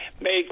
make